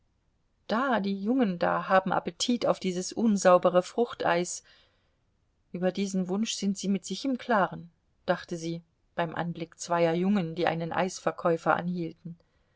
da die jungen da haben appetit auf dieses unsaubere fruchteis über diesen wunsch sind sie mit sich im klaren dachte sie beim anblick zweier jungen die einen eisverkäufer anhielten